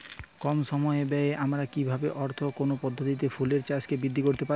কম সময় ব্যায়ে আমরা কি ভাবে অর্থাৎ কোন পদ্ধতিতে ফুলের চাষকে বৃদ্ধি করতে পারি?